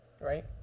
right